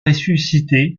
ressuscité